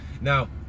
Now